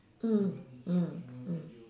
mm mm mm